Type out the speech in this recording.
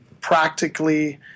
practically